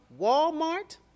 Walmart